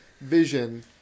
vision